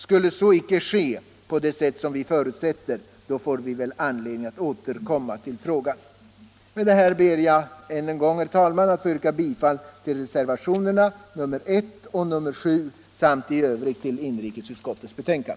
Skulle så icke ske på det sätt vi förutsätter får vi anledning att återkomma till frågan. Med detta, herr talman, ber jag än en gång att få yrka bifall till reservationerna 1 och 7 samt i övrigt till utskottets hemställan.